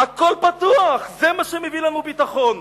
הכול פתוח, זה מה שמביא לנו ביטחון.